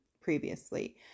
previously